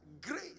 grace